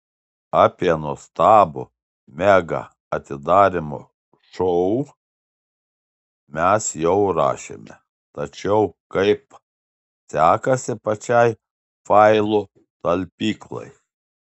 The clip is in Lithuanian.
apie nuostabų mega atidarymo šou mes jau rašėme tačiau kaip sekasi pačiai failų talpyklai